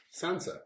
Sansa